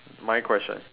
my question